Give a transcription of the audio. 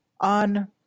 on